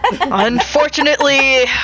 Unfortunately